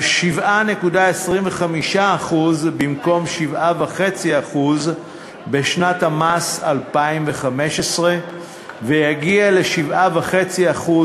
על 7.25% במקום 7.5% בשנת המס 2015 ויגיע ל-7.5%